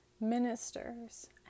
ministers